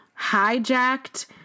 hijacked